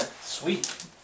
Sweet